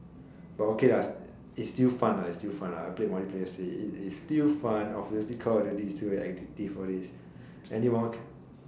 but okay it's still fun it's still fun I played multiplayer yesterday it's still fun but obviously call of duty all this is more addictive